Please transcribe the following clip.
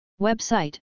Website